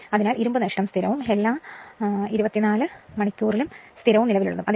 അതിനാൽ ഇരുമ്പ് നഷ്ടം സ്ഥിരവും എല്ലാ 24 മണിക്കൂറിലും നിലവിലുള്ളതും ആയിരിക്കും